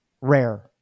rare